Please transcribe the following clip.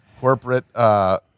corporate